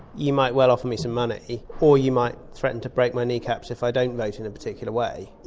you might well offer me some money or you might threaten to break my kneecaps if i don't vote in a particular way.